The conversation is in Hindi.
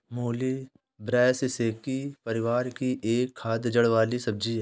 मूली ब्रैसिसेकी परिवार की एक खाद्य जड़ वाली सब्जी है